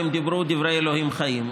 והם דיברו דברי אלוהים חיים,